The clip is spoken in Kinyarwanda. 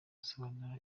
asobanura